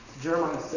Jeremiah